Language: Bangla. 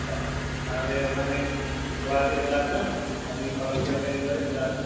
আচ্ছা তাহলে ওখানে গোয়াতে চলে আসবেন আপনি খড়গপুরের ট্রেন ধরে চলে আসবেন